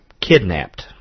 kidnapped